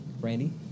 Brandy